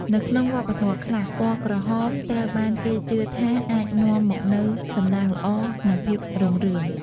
នៅក្នុងវប្បធម៌ខ្លះ ពណ៌ក្រហមត្រូវបានគេជឿថាអាចនាំមកនូវសំណាងល្អ និងភាពរុងរឿង។